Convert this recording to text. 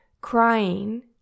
crying